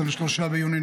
23 ביוני,